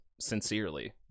sincerely